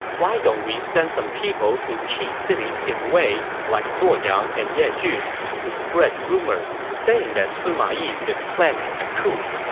why don't we send some people to key cities in wei like luoyang and yejun to spread rumors, saying that sima yi is planning a coup.